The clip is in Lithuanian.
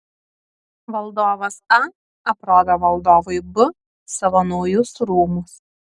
valdovas a aprodo valdovui b savo naujus rūmus